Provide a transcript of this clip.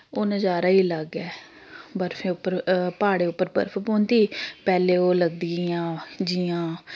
ओह् नजारा गै अलग ऐ बर्फे उप्पर प्हाड़ें उप्पर बर्फ पौंदी पैह्लें ओह् लगदी इ'यां जि'यां